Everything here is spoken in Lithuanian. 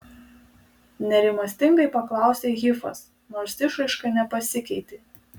nerimastingai paklausė hifas nors išraiška nepasikeitė